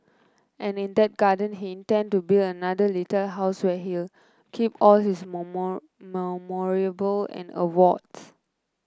and in that garden he intend to build another little house where he'll keep all his and awards